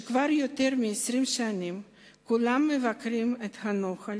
שכבר יותר מ-20 שנה כולם מבקרים את הנוהל